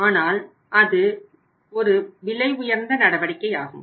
ஆனால் அது ஒரு விலை உயர்ந்த நடவடிக்கையாகும்